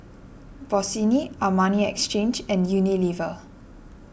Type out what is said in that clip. Bossini Armani Exchange and Unilever